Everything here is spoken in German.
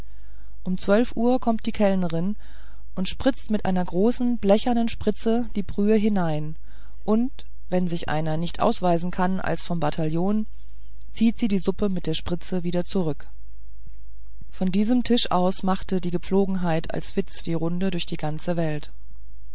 um zwölf uhr kommt die kellnerin und spritzt mit einer großen blechernen spritze die brühe hinein und wenn sich einer nicht ausweisen kann als vom bataillon so zieht sie die suppe mit der spritze wieder zurück von diesem tisch aus machte die gepflogenheit als witz die runde durch die ganze welt